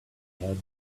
had